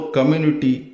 Community